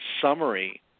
summary